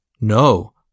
No